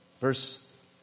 Verse